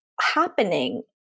happening